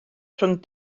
rhwng